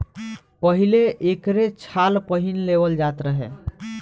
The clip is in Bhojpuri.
पहिले एकरे छाल पहिन लेवल जात रहे